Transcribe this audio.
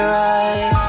right